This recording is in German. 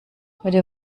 heute